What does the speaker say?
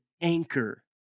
anchor